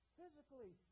physically